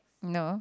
no